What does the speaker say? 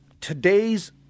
Today's